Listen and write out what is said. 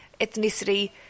ethnicity